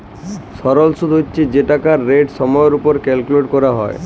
সরল সুদ্ হছে যে টাকাটর রেট সময়ের উপর ক্যালকুলেট ক্যরা হ্যয়